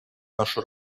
нашу